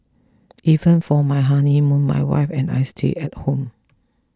even for my honeymoon my wife and I stayed at home